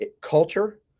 culture